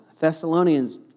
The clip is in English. Thessalonians